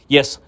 Yes